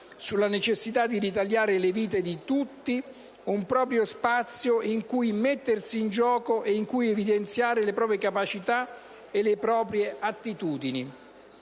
sulla necessità di ritagliare nelle vite di tutti un proprio spazio in cui mettersi in gioco e in cui evidenziare le proprie capacità e le proprie attitudini.